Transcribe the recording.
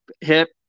hip